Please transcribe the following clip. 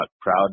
proud